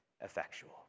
effectual